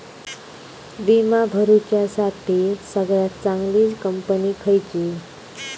विमा भरुच्यासाठी सगळयात चागंली कंपनी खयची?